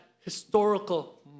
historical